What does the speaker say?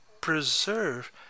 preserve